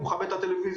הוא מכבה את הטלוויזיה,